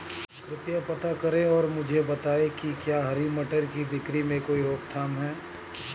कृपया पता करें और मुझे बताएं कि क्या हरी मटर की बिक्री में कोई रोकथाम है?